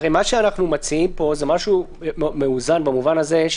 הרי מה שאנחנו מציעים פה זה משהו מאוזן במובן הזה,